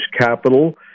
capital